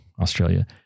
Australia